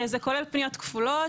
זה כולל פניות כפולות.